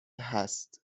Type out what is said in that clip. هست